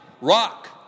rock